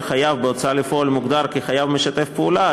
חייב בהוצאה לפועל מוגדר כחייב משתף פעולה,